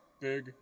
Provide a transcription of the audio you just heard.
Big